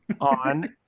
on